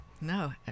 No